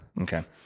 Okay